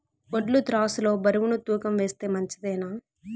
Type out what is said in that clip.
వడ్లు త్రాసు లో బరువును తూకం వేస్తే మంచిదేనా?